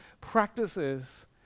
practices